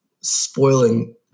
spoiling